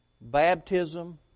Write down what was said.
baptism